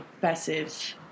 passive